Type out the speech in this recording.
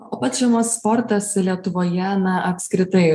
o pats žiemos sportas lietuvoje na apskritai